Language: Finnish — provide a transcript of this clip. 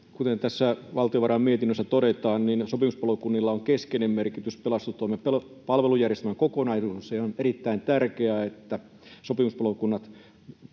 Kuten tässä valtiovarain mietinnössä todetaan, sopimuspalokunnilla on keskeinen merkitys pelastustoimen palvelujärjestelmän kokonaisuudessa. On erittäin tärkeää, että sopimuspalokunnat